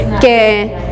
que